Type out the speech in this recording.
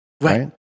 Right